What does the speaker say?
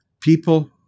People